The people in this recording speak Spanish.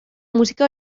música